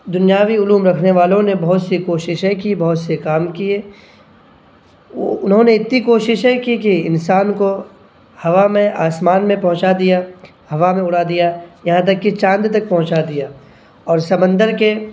دنیاوی علوم رکھنے والوں نے بہت سی کوششیں کی بہت سے کام کیے انہوں نے اتی کوششیں کی کی انسان کو ہوا میں آسمان میں پہنچا دیا ہوا میں اڑا دیا یہاں تک کہ چاند تک پہنچا دیا اور سمندر کے